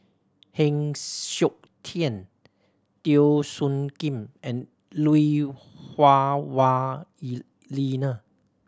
Heng Siok Tian Teo Soon Kim and Lui Hah Wah Elena